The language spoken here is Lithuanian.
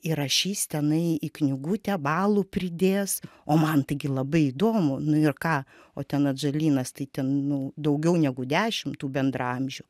įrašys tenai į knygutę balų pridės o man taigi labai įdomu nu ir ką o ten atžalynas tai ten nu daugiau negu dešim tų bendraamžių